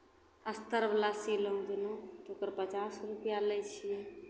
अस्तरवला सीलहुँ जेना तऽ ओकर पचास रुपैआ लै छियै